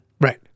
Right